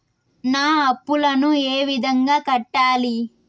నా అప్పులను ఏ విధంగా కట్టాలి?